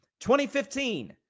2015